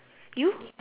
you